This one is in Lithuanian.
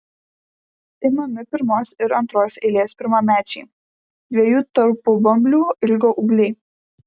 imami pirmos ir antros eilės pirmamečiai dviejų tarpubamblių ilgio ūgliai